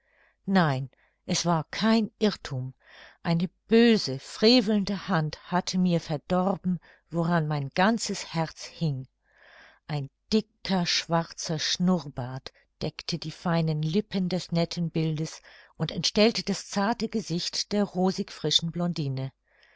nein es war kein irrthum eine böse frevelnde hand hatte mir verdorben woran mein ganzes herz hing ein dicker schwarzer schnurbart deckte die feinen lippen des netten bildes und entstellte das zarte gesicht der rosig frischen blondine